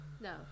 no